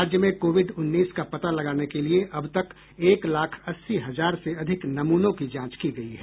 राज्य में कोविड उन्नीस का पता लगाने के लिये अब तक एक लाख अस्सी हजार से अधिक नमूनों की जांच की गयी है